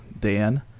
Dan